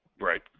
Right